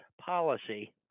policy